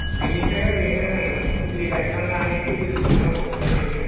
बिनिफ्राय ओरैनो फुलि गायखांनानै खै बोसोरसो नांगौ फिथाइ थायनो